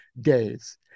Days